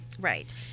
Right